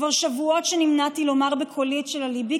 כבר שבועות שנמנעתי לומר בקולי את שעל ליבי,